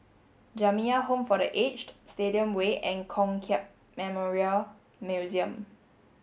Jamiyah Home for the Aged Stadium Way and Kong Hiap Memorial Museum